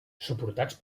suportats